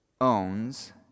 owns